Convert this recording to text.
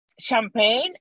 Champagne